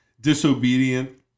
disobedient